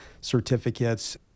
certificates